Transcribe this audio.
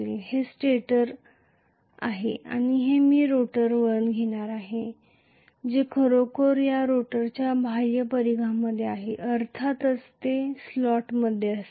हे स्टेटर आहे आणि मी रोटर वळण घेणार आहे जे खरोखर या रोटरच्या बाह्य परिघामध्ये आहे अर्थातच ते स्लॉटमध्ये असतील